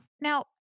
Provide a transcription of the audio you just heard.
Now